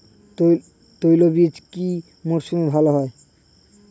তৈলবীজ কোন মরশুমে ভাল হয়?